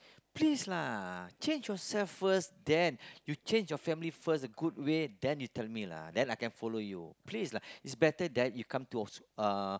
please lah change yourself first then you change your family first a good way then you tell me lah then I can follow you please lah it's better that you come to off~ uh